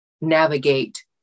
navigate